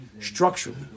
structurally